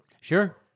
sure